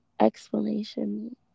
explanation